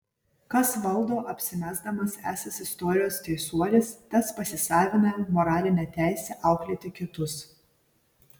kas valdo apsimesdamas esąs istorijos teisuolis tas pasisavina moralinę teisę auklėti kitus